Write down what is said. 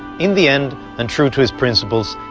in the end, and true to his principles,